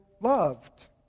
loved